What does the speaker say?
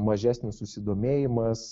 mažesnis susidomėjimas